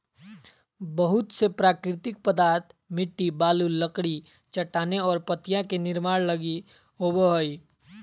बहुत से प्राकृतिक पदार्थ मिट्टी, बालू, लकड़ी, चट्टानें और पत्तियाँ के निर्माण लगी होबो हइ